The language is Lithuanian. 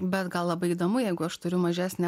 bet gal labai įdomu jeigu aš turiu mažesnę